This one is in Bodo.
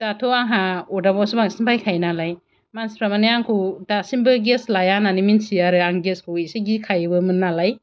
दाथ' आंहा अरदाबावसो बांसिन बाहायखायो नालाय मानसिफोरा माने आंखौ दासिमबो गेस लाया होननानै मिन्थियो आरो आं गेसखौबो इसे गिखायोबोमोन नालाय